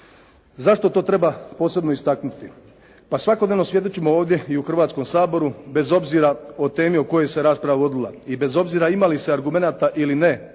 Zašto to treba posebno istaknuti? Pa svakodnevno svjedočimo ovdje i u Hrvatskom saboru bez obzira o temi o kojoj se rasprava vodila i bez obzira ima li se argumenata ili ne